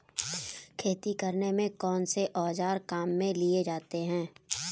खेती करने में कौनसे औज़ार काम में लिए जाते हैं?